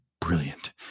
brilliant